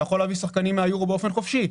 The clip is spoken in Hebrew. אתה יכול להביא שחקנים מהיורו באופן חופשי.